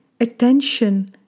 attention